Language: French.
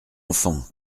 enfant